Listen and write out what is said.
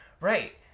Right